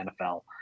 NFL